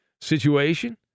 situation